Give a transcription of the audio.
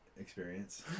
experience